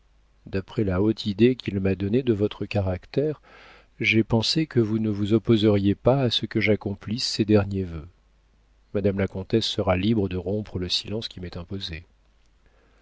d'après la haute idée qu'il m'a donnée de votre caractère j'ai pensé que vous ne vous opposeriez pas à ce que j'accomplisse ses derniers vœux madame la comtesse sera libre de rompre le silence qui m'est imposé